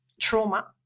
trauma